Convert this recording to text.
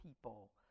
people